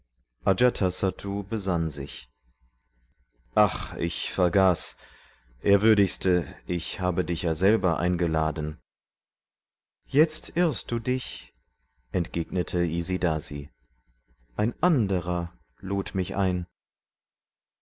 besann sich ach ich vergaß ehrwürdigste ich habe dich ja selber eingeladen jetzt irrst du dich entgegnete isidasi ein anderer lud mich ein